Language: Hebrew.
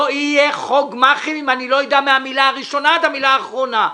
לא יהיה חוק גמ"חים אם אני לא אדע מהמילה הראשונה עד המילה האחרונה,